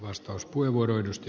arvoisa puhemies